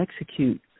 execute